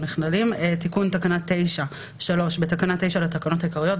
תיקון תקנה 9 בתקנה 9 לתקנות העיקריות,